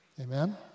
Amen